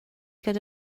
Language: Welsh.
gyda